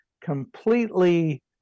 completely